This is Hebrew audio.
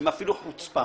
הם אפילו חוצפה.